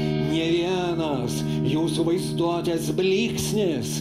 nė vienas jūsų vaizduotės blyksnis